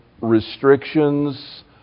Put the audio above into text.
restrictions